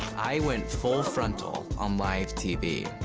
i went full frontal on live tv.